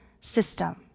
system